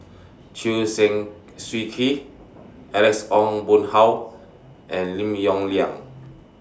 Chew Swee Kee Alex Ong Boon Hau and Lim Yong Liang